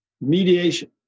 mediation